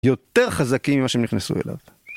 יותר חזקים ממה שהם נכנסו אליו.